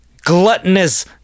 gluttonous